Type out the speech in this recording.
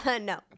No